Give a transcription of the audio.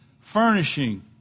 furnishing